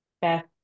best